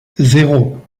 zéro